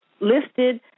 listed